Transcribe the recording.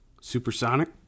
Supersonic